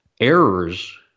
errors